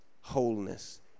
wholeness